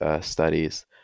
studies